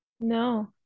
no